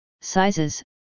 sizes